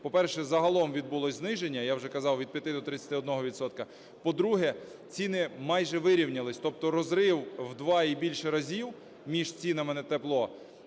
по-перше, загалом відбулося зниження, я вже казав в 5 до 31 відсотка, по-друге, ціни майже вирівнялись. Тобто розрив у два і більше разів між цінами на тепло,